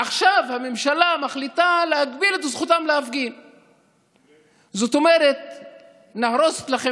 עמדת על הדוכן ודיברת במשך חמש דקות, אדוני,